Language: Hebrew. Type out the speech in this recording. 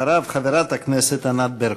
אחריו, חברת הכנסת ענת ברקו.